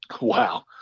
Wow